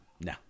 No